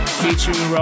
featuring